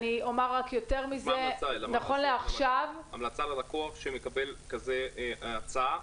אני אומר יותר מזה נכון לעכשיו -- מה ההמלצה ללקוח שמקבל כזו הצעה?